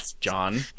John